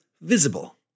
Visible